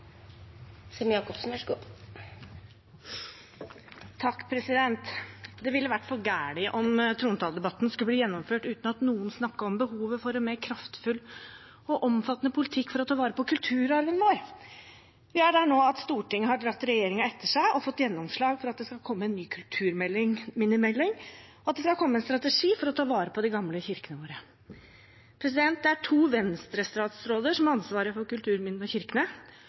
Det ville vært for galt om trontaledebatten skulle bli gjennomført uten at noen snakket om behovet for en mer kraftfull og omfattende politikk for å ta vare på kulturarven vår. Vi er der nå at Stortinget har dratt regjeringen etter seg – og fått gjennomslag for at det skal komme en ny kulturminnemelding, og at det skal komme en strategi for å ta vare på de gamle kirkene våre. Det er to Venstre-statsråder som har ansvaret for kulturminnene og kirkene,